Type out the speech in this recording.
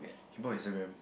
he bought Instagram